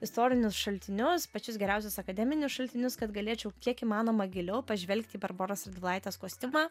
istorinius šaltinius pačius geriausius akademinius šaltinius kad galėčiau kiek įmanoma giliau pažvelgti į barboros radvilaitės kostiumą